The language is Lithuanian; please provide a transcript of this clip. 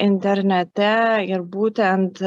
internete ir būtent